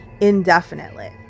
indefinitely